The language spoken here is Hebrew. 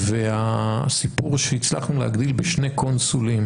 והסיפור שהצלחנו להגדיל בשני קונסולים